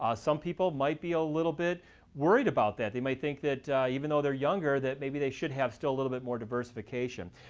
ah some people might be a little bit worried about that. they might think that even though they're younger that maybe they should have still a little bit more diversification.